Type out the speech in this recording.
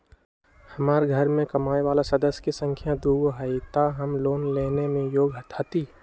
हमार घर मैं कमाए वाला सदस्य की संख्या दुगो हाई त हम लोन लेने में योग्य हती?